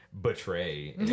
betray